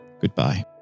goodbye